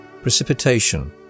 Precipitation